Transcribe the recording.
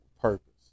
purpose